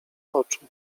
oczu